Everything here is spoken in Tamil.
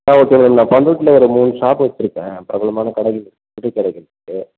ஆ ஓகே மேடம் நான் பண்ருட்டியில் ஒரு மூணு ஷாப் வெச்சுருக்கேன் பிரபலமான கடைகள் துணி கடைகள் இருக்குது